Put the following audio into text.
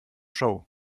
show